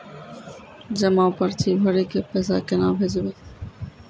जमा पर्ची भरी के पैसा केना भेजबे?